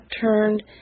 turned